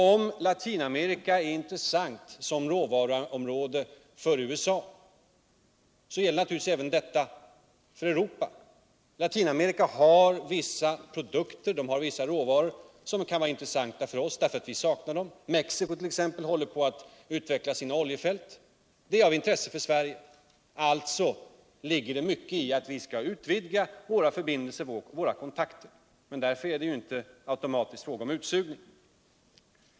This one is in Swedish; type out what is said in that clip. Om Latinamerika är intressant som råvaruområde för USA, kan det naturligtvis vara intressant även för Europa. Latinamerika har vissa råvaror som kan vara intressanta för oss därför att vi saknar dem. håller på att utveckla sina oljefält. Det är av intresse för Sverige. Alltså ligger det mycket i alt vi bör utvidga våra förbindelser och kontakter med Mexico. Därmed ir det inte automatiskt fräga om utsugning.